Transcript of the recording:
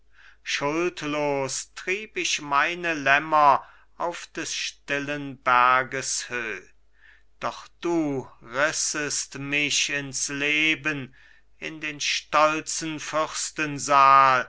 schuldlos trieb ich meine lämmer auf des stillen berges höh doch du rissest mich ins leben in den stolzen